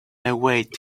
await